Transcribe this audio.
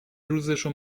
روزشو